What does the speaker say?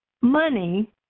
Money